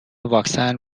واکسن